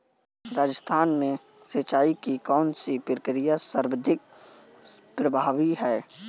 राजस्थान में सिंचाई की कौनसी प्रक्रिया सर्वाधिक प्रभावी है?